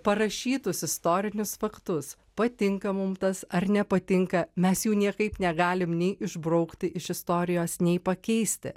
parašytus istorinius faktus patinka mum tas ar nepatinka mes jų niekaip negalim nei išbraukti iš istorijos nei pakeisti